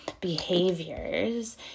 behaviors